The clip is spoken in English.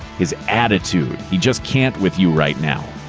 his attitude. he just can't with you right now.